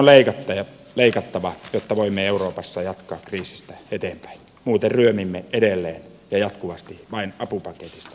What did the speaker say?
velkoja on leikattava jotta voimme euroopassa jatkaa kriisistä eteenpäin muuten ryömimme edelleen ja jatkuvasti vain apupaketista toiseen